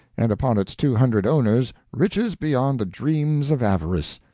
and upon its two hundred owners riches beyond the dreams of avarice.